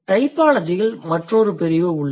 டைபாலஜியில் மற்றொருபிரிவு உள்ளது